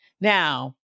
Now